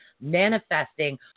manifesting